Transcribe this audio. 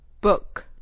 Book